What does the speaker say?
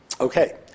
Okay